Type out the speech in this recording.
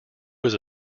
was